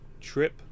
trip